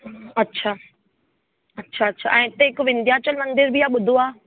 अच्छा अच्छा अच्छा ऐं हिते हिकु विंध्याचल मंदर बि आहे ॿुधो आहे